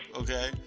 okay